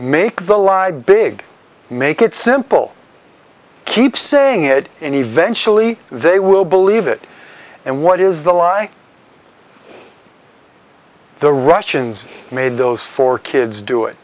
make the light big make it simple keep saying it and eventually they will believe it and what is the lie the russians made those four kids do it